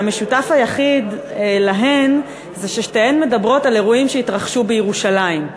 שהמשותף היחיד להן הוא ששתיהן מדברות על אירועים שהתרחשו בירושלים.